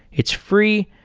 it's free,